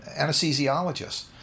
anesthesiologists